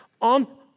on